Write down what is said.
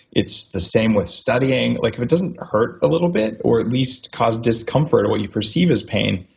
it's the same with studying. like if it doesn't hurt a little bit or at least cause discomfort what you perceive as pain